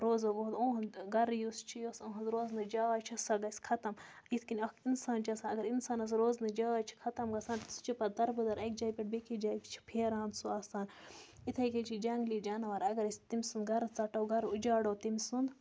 یُہُنٛد گَرٕ یُس چھِ یۄس یُہنٛد روزنٕچ جاے چھِ سۄ گژھِ ختم یِتھ کٔنۍ اَکھ اِنسان چھِ آسان اگر اِنسانَس روزنٕچ جاے چھِ ختم گژھان سُہ چھِ پَتہٕ دَربٕدر اَکہِ جایہِ پٮ۪ٹھ بیٚکِس جایہِ چھِ پھیران سُہ آسان یِتھَے کٔنۍ چھِ جنٛگلی جانور اگر أسۍ تٔمۍ سُنٛد گَرٕ ژَٹو گَرٕ اُجاڑو تٔمۍ سُنٛد